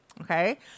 Okay